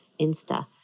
Insta